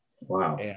Wow